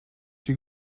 die